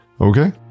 Okay